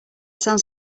sounds